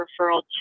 referral